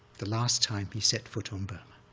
the last time he set foot on burma.